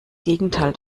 gegenteil